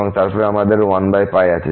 এবং তারপরে আমাদের 1 আছে